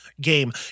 game